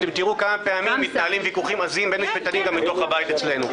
תראו כמה פעמים מתנהלים ויכוחים עזים בין משפטנים גם בתוך הבית אצלנו.